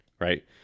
right